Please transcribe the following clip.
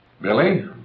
Billy